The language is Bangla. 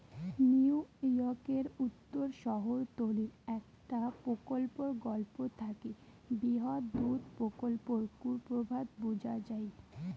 নিউইয়র্কের উত্তর শহরতলীর একটা প্রকল্পর গল্প থাকি বৃহৎ দুধ প্রকল্পর কুপ্রভাব বুঝা যাই